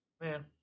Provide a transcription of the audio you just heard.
Man